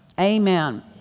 Amen